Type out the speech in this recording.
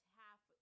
half